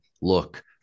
Look